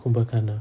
kumbhakarna